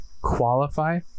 qualify